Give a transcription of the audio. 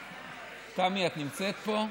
תמי, את נמצאת פה?